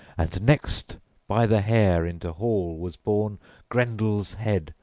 and next by the hair into hall was borne grendel's head,